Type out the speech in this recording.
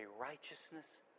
righteousness